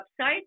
website